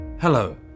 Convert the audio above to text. Hello